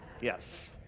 Yes